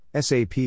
SAP